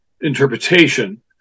interpretation